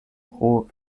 pro